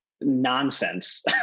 nonsense